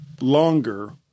longer